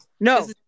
No